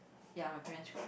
ya my parents cried